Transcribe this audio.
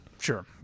Sure